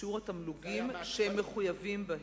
ובשיעור התמלוגים שהם מחויבים.